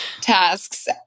tasks